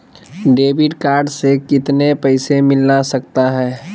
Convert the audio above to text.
Debit card से कितने पैसे मिलना सकता हैं?